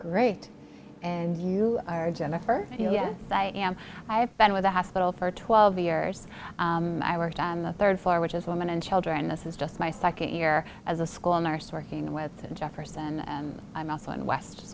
right and you are jennifer yes i am i have been with the hospital for twelve years i worked on the third far which is women and children and this is just my second year as a school nurse working with jefferson and i'm also in west